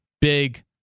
Big